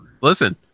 listen